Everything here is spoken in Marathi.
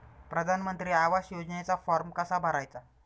प्रधानमंत्री आवास योजनेचा फॉर्म कसा भरायचा?